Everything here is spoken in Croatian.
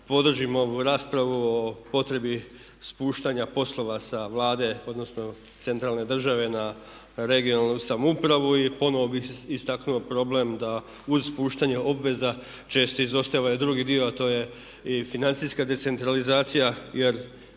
podržimo ovu raspravu o potrebi spuštanja poslova sa Vlade, odnosno centralne države na regionalnu samoupravu. I ponovno bih istaknuo problem da uz spuštanje obveza često izostaje ovaj drugi dio a to je i financijska decentralizacija jer